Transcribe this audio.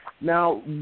Now